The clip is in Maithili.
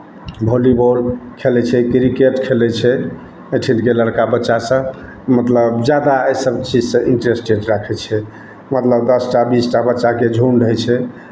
वॉलीबॉल खेलै छै क्रिकेट खेलै छै एहिठिनके लड़का बच्चासभ मतलब जादा एहिसभ चीजसँ इन्टरेस्टेड राखै छै मतलब दस टा बीस टा बच्चाके झुण्ड होइ छै